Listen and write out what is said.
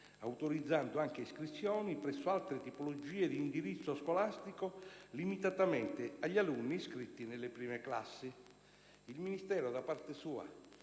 autorizzando anche iscrizioni presso altre tipologie di indirizzo scolastico limitatamente agli alunni iscritti nelle prime classi. Il Ministero, da parte sua,